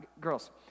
Girls